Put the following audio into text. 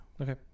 Okay